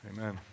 Amen